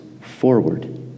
forward